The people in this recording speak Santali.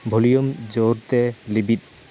ᱵᱷᱳᱞᱤᱭᱟᱢ ᱡᱳᱨᱛᱮ ᱞᱤᱵᱤᱫ